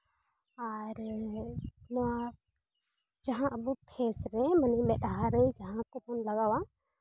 ᱟᱨ ᱱᱚᱣᱟ ᱡᱟᱦᱟᱸ ᱟᱵᱚ ᱯᱷᱮᱹᱥ ᱨᱮ ᱢᱟᱱᱮ ᱢᱮᱸᱫᱦᱟ ᱨᱮ ᱡᱟᱦᱟᱸ ᱠᱚᱵᱚᱱ ᱞᱟᱜᱟᱣᱟ